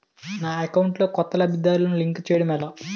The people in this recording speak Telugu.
నా అకౌంట్ లో కొత్త లబ్ధిదారులను లింక్ చేయటం ఎలా?